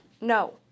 no